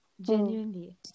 genuinely